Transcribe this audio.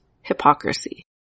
hypocrisy